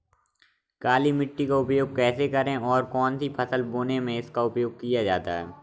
काली मिट्टी का उपयोग कैसे करें और कौन सी फसल बोने में इसका उपयोग किया जाता है?